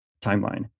timeline